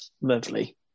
Lovely